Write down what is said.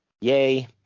Yay